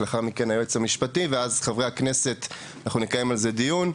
לאחר מכן היועץ המשפטי ואז חברי הכנסת ונקיים על זה דיון.